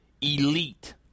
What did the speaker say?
elite